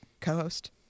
co-host